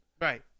Right